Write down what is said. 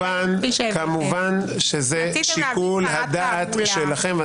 אבל כמובן זה שיקול הדעת שלכם.